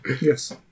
Yes